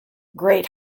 great